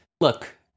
look